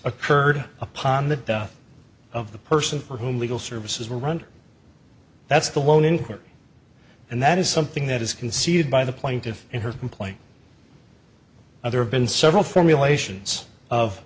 occurred upon the death of the person for whom legal services were round that's the one in court and that is something that is conceded by the plaintiff in her complaint now there have been several formulations of